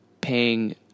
paying